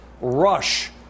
rush